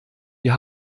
wir